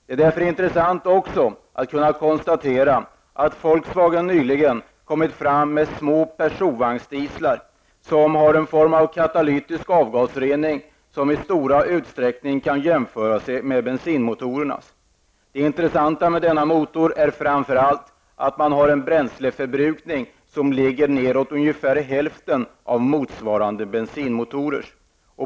Det är därför också intressant att kunna konstatera att Volkswagen nyligen presenterat små personvagnsdieslar som har en katalytisk avgasrening som i stor utsträckning kan jämföras med bensinmotorernas. Det intressanta med denna motor är framför allt att man har en bränsleförbrukning som ligger nedemot hälften av motsvarande bensinmotorers.